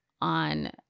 on